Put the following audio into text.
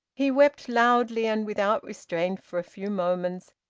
he wept loudly and without restraint for a few moments,